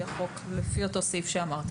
לפי אותו סעיף שציינת,